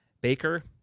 Baker